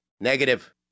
Negative